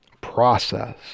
Process